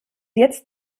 jetzt